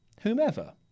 whomever